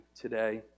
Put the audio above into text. today